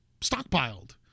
stockpiled